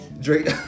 Drake